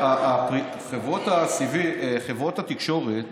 בחברות התקשורת